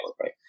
right